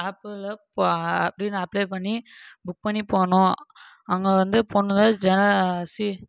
ஆப்பில் அப்படினு அப்ளை பண்ணி புக் பண்ணி போனோம் அங்கே வந்து பெண்ணுங்க